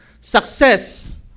success